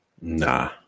Nah